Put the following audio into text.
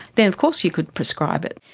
then of course you could prescribe it.